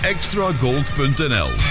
Extragold.nl